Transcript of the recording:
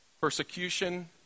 Persecution